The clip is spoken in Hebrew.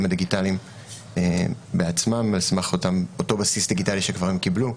הדיגיטליים בעצמם על-סמך אותו בסיס דיגיטלי שכבר הם קיבלו,